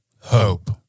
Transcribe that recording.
Hope